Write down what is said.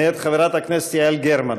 מאת חברת הכנסת יעל גרמן.